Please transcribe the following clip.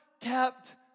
kept